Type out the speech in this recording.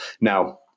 Now